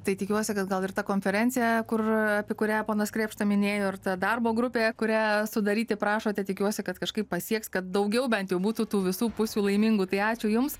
tai tikiuosi kad gal ir ta konferencija kur apie kurią ponas krėpšta minėjo ir ta darbo grupė kurią sudaryti prašote tikiuosi kad kažkaip pasieks kad daugiau bent jau būtų tų visų pusių laimingų tai ačiū jums